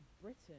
Britain